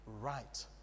right